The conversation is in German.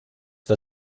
war